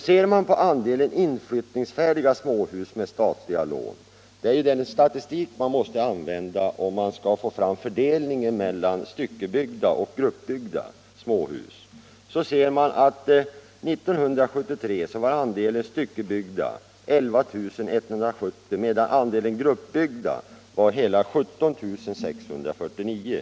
Ser man på andelen inflyttnings Måndagen den färdiga småhus med statliga lån — det är ju den statistik man måste 28 april 1975 använda för att få fram fördelningen mellan styckebyggda och grupp =— byggda småhus — finner man att år 1973 var andelen styckebyggda 11 170, Om åtgärder för att medan andelen gruppbyggda var hela 17 649.